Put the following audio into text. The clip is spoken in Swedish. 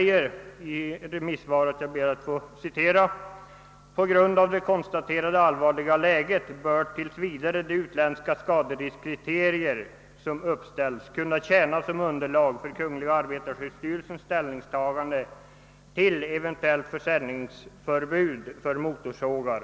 Det påpekas där bland annat att på grund av det konstaterade allvarliga läget bör tills vidare de utländska skaderiskkriterier som uppställts kunna tjäna som underlag för kungl. arbetsmarknadsstyrelsens = ställningstagande = till eventuellt försäljningsförbud för motorsågar.